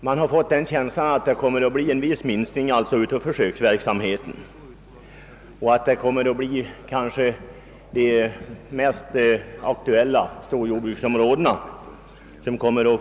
Jag har fått en känsla av att försöksverksamheten kommer att inskränkas till de mest aktuella storjordbruksområdena.